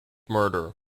murder